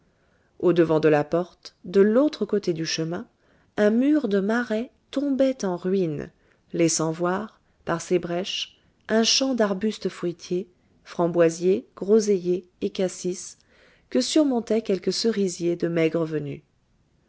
au-devant de la porte de l'autre côté du chemin un mur de marais tombait en ruine laissant voir par ses brèches un champ d'arbustes fruitiers framboisiers groseilliers et cassis que surmontaient quelques cerisiers de maigre venue